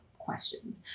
questions